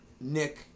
Nick